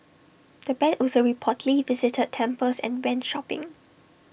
the Band also reportedly visited temples and went shopping